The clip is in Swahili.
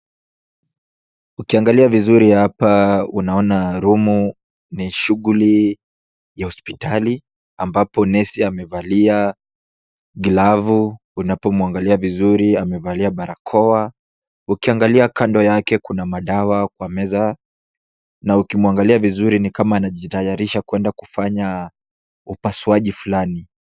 Ukiangalia vizuri hapa, unaona room ,ni shughuli ya hospitali ,ambapo nesi amevalia glavu unapomwangalia vizuri , amevalia barakoa . Ukiangalia kando yake, kuna madawa kwa meza na ukimwangalia vizuri ,ni kama anajitayarisha kuenda kufanya upasuaji fulani.